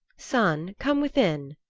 son, come within,